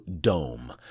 dome